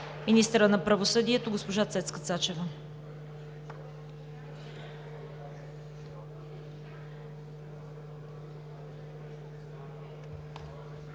Министърът на правосъдието – госпожа Цецка Цачева.